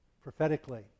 prophetically